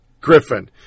Griffin